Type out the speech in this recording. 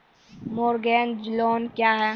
Mortgage loan क्या है?